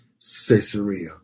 Caesarea